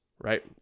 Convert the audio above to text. right